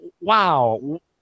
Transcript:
Wow